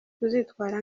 tuzitwara